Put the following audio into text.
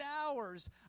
hours